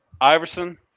Iverson